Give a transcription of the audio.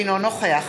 אינו נוכח